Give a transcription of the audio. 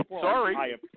Sorry